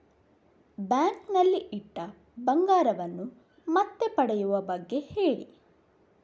bank ನಲ್ಲಿ ಇಟ್ಟ ಬಂಗಾರವನ್ನು ಮತ್ತೆ ಪಡೆಯುವ ಬಗ್ಗೆ ಹೇಳಿ